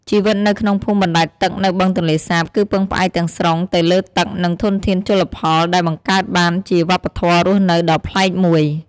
ជីវិតនៅក្នុងភូមិបណ្ដែតទឹកនៅបឹងទន្លេសាប គឺពឹងផ្អែកទាំងស្រុងទៅលើទឹក និងធនធានជលផល ដែលបង្កើតបានជាវប្បធម៌រស់នៅដ៏ប្លែកមួយ។